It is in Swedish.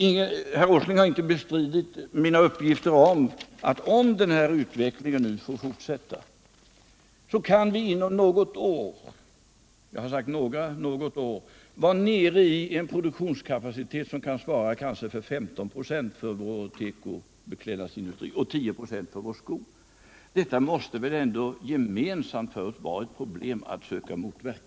Herr Åsling har inte bestridit mina uppgifter att om den här utvecklingen nu får fortsätta, så kan vi inom något eller några år vara nere vid en produktionskapacitet på kanske 15 96 för vår beklädnadsindustri och 10 96 för vår skoindustri. Detta är väl ändå en utveckling som vi gemensamt måste söka motverka.